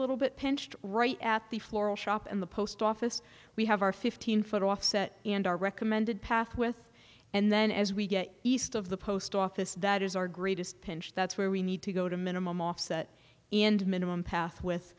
little bit pinched right at the floral shop and the post office we have our fifteen foot offset and our recommended path with and then as we get east of the post office that is our greatest pinch that's where we need to go to a minimum offset and minimum path with